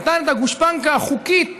נתן את הגושפנקה החוקית